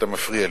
אתה מפריע לי,